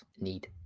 need